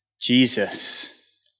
Jesus